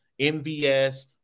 MVS